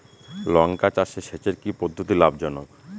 লঙ্কা চাষে সেচের কি পদ্ধতি লাভ জনক?